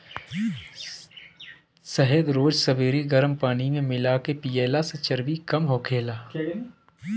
शहद रोज सबेरे गरम पानी में मिला के पियला से चर्बी कम होखेला